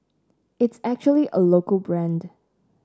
it's actually a local brand